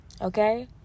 Okay